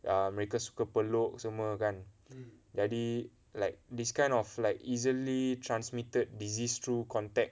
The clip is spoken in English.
err mereka suka peluk semua kan jadi like this kind of like easily transmitted disease through contact